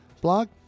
blog